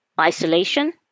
isolation